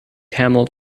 camel